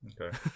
Okay